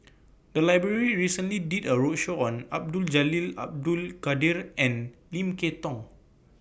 The Library recently did A roadshow on Abdul Jalil Abdul Kadir and Lim Kay Tong